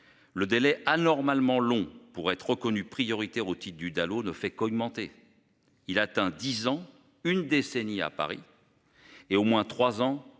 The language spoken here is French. Le délai anormalement long pour être reconnus prioritaires au titre du Dalo ne fait qu'augmenter. Il atteint 10 en une décennie, à Paris. Et au moins 3 ans